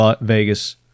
Vegas